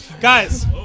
Guys